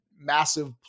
massive